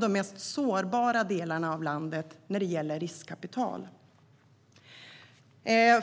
de mest sårbara delarna av landet när det gäller riskkapital.